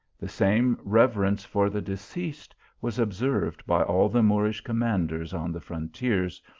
the same reverence for the deceased was observed by all the moorish commanders on the frontiers,